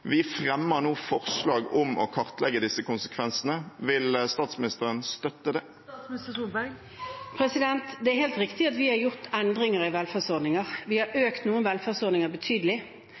Vi fremmer nå forslag om å kartlegge disse konsekvensene. Vil statsministeren støtte det? Det er helt riktig at vi har gjort endringer i velferdsordninger. Vi har økt noen velferdsordninger betydelig.